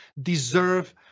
deserve